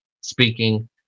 speaking